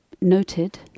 noted